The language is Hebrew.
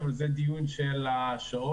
אבל זה דיון של שעות,